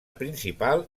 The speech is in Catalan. principal